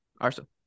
Arsenal